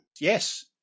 Yes